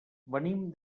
venim